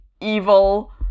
evil